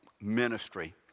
ministry